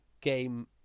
game